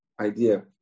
idea